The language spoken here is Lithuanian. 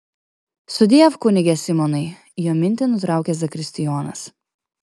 sudiev kunige simonai jo mintį nutraukia zakristijonas